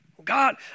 God